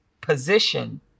position